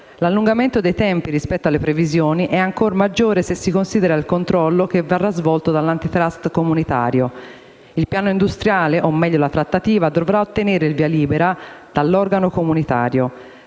L'allungamento dei tempi, rispetto alle previsioni, è ancor maggiore se si considera il controllo che verrà svolto dall'Antitrust comunitario. Il piano industriale, o meglio la trattativa, dovrà ottenere il via libera dell'organo comunitario.